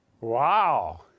Wow